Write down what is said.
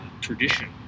tradition